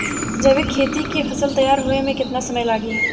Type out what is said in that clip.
जैविक खेती के फसल तैयार होए मे केतना समय लागी?